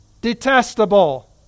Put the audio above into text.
detestable